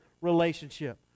relationship